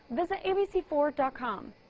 visit a b c four um